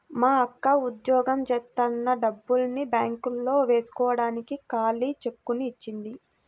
మా అక్క ఉద్యోగం జేత్తన్న డబ్బుల్ని బ్యేంకులో వేస్కోడానికి ఖాళీ చెక్కుని ఇచ్చింది